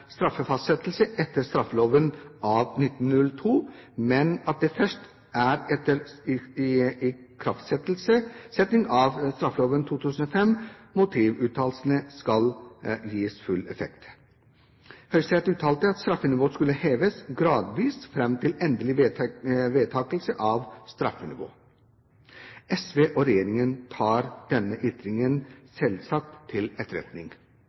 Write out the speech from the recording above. straffefastsettelse etter straffeloven av 1902, men at det først er etter ikraftsetting av straffeloven 2005 motivuttalelsene skal gis full effekt. Høyesterett uttalte at straffenivået skulle heves gradvis fram til endelig vedtakelse av straffenivået. SV og regjeringen tar selvsagt denne ytringen til etterretning